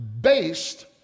based